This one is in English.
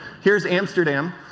here is amsterdam.